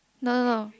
no no no